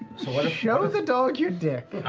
show the dog your dick.